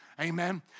Amen